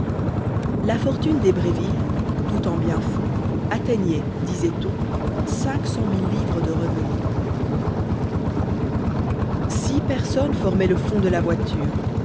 la fortune des bréville toute en biens-fonds atteignait disait-on cinq cent mille livres de revenu ces six personnes formaient le fond de la voiture